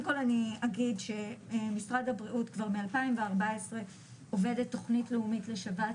כל אני אגיד משאד הבריאות כבר מ-2014 עובד על תוכנית לאומית לשבץ,